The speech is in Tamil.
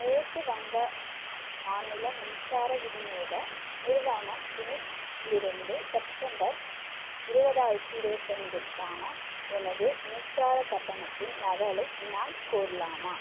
மேற்கு வங்க மாநில மின்சார விநியோக நிறுவனம் லிமிட் இலிருந்து செப்டம்பர் இருபதாயிரத்தி இருபத்தைந்திற்கான எனது மின்சார கட்டணத்தின் நகலை நான் கோரலாமா